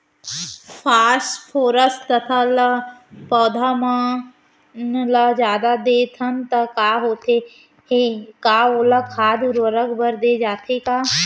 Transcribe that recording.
Phosphorus तथा ल पौधा मन ल जादा देथन त का होथे हे, का ओला खाद उर्वरक बर दे जाथे का?